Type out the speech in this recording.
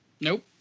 Nope